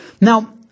Now